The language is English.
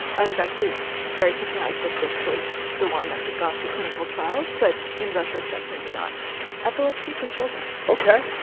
i was actually very surprised that this was the one that had gone through clinical trials but in retrospect maybe not epilepsy for children. ok.